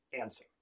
Answer